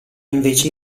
invece